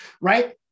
Right